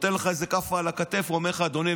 נותן לך איזו כאפה על הכתף ואומר לך: אדוני,